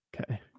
okay